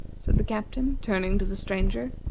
said the captain, turning to the stranger.